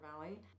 Valley